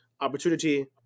opportunity